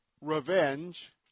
revenge